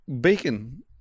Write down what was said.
bacon